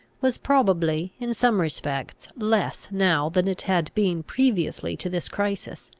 was probably, in some respects, less now than it had been previously to this crisis.